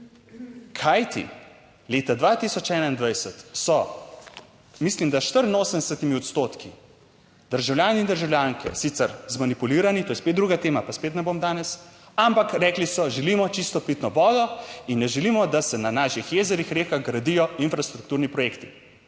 Kajti leta 2021 so, mislim, da 84 odstotki državljani in državljanke, sicer zmanipulirani, to je spet druga tema, pa spet ne bom danes, ampak rekli so, želimo čisto pitno vodo in ne želimo, da se na naših jezerih, rekah gradijo infrastrukturni projekti.